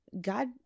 God